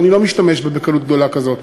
אני לא משתמש בה בקלות גדולה כזאת.